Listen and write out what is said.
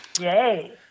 Yay